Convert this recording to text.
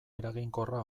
eraginkorra